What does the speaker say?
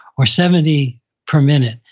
or seventy per minute,